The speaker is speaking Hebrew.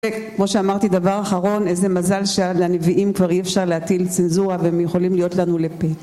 וכמו שאמרתי דבר אחרון, איזה מזל שהנביאים כבר אי אפשר להטיל צנזורה והם יכולים להיות לנו לפה.